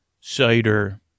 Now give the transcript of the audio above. cider